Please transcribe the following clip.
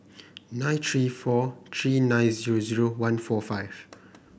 nine three four three nine zero zero one four five